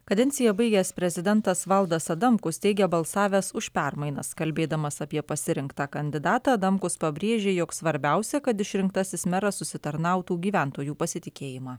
kadenciją baigęs prezidentas valdas adamkus teigia balsavęs už permainas kalbėdamas apie pasirinktą kandidatą adamkus pabrėžė jog svarbiausia kad išrinktasis meras užsitarnautų gyventojų pasitikėjimą